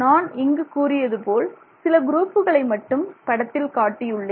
நான் இங்கு கூறியதுபோல் சில குரூப்புகளை மட்டும் படத்தில் காட்டியுள்ளேன்